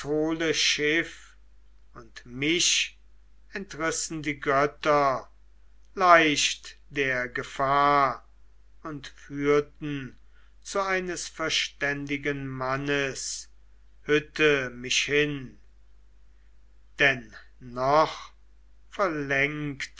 und mich entrissen die götter leicht der gefahr und führten zu eines verständigen mannes hütte mich hin denn noch